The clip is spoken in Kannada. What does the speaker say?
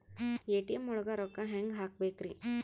ಎ.ಟಿ.ಎಂ ಒಳಗ್ ರೊಕ್ಕ ಹೆಂಗ್ ಹ್ಹಾಕ್ಬೇಕ್ರಿ?